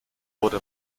wurde